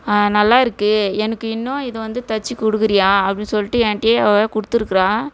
நல்லா இருக்கு எனக்கு இன்னும் இதை வந்து தச்சு கொடுக்குறியா அப்படின்னு சொல்லிட்டு ஏன்ட்டையே அவள் கொடுத்துருக்குறா